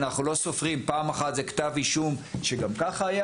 אנחנו לא סופרים פעם אחת זה כתב אישום שגם ככה היה